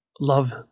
love